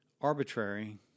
arbitrary